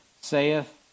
saith